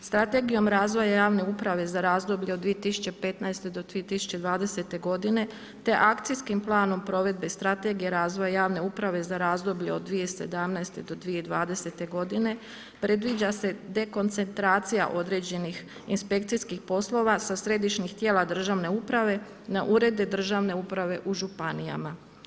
Strategijom razvoja javne uprave za razdoblje od 2015. do 2020. godine te Akcijskim planom provedbe Strategije razvoja javne uprave za razdoblje od 2017. do 2020. godine predviđa se dekoncentracija određenih inspekcijskih poslova sa središnjih tijela državne uprave na urede državne uprave u županijama.